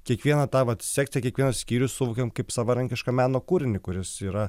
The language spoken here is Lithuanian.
kiekvieną tą vat sekti kiekvieną skyrių suvokėm kaip savarankišką meno kūrinį kuris yra